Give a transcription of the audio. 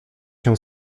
się